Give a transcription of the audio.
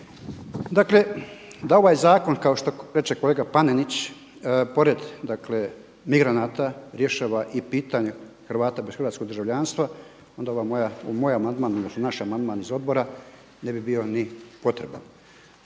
da ovaj zakon kao što reče kolega Panenić, pored migranata rješava i pitanje Hrvata bez hrvatskog državljanstva onda ova moj amandman, naš amandman iz odbora ne bi bio ni potreban.